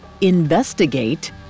Investigate